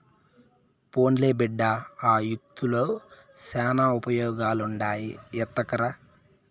పోన్లే బిడ్డా, ఆ యాకుల్తో శానా ఉపయోగాలుండాయి ఎత్తకరా